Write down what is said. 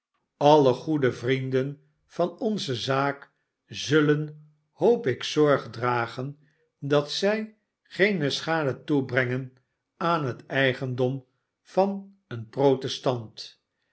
aue goede vrienden van onze zaak zullen hoop ik zorg dragen dat zij geene schade toebrengen aan het eigendom van een protestant